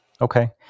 Okay